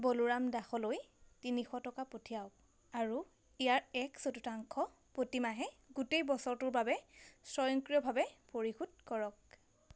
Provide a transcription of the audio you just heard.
বলোৰাম দাসলৈ তিনিশ টকা পঠিয়াওক আৰু ইয়াৰ এক চতুৰ্থাংশ প্ৰতিমাহে গোটেই বছৰটোৰ বাবে স্বয়ংক্ৰিয়ভাৱে পৰিশোধ কৰক